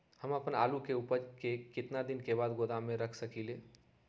हम अपन आलू के ऊपज के केतना दिन बाद गोदाम में रख सकींले?